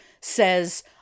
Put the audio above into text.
says